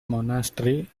monastery